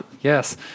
Yes